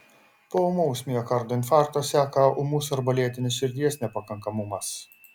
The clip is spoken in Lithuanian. po ūmaus miokardo infarkto seka ūmus arba lėtinis širdies nepakankamumas